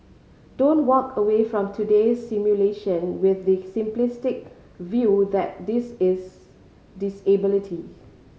don't walk away from today's simulation with the simplistic view that this is disability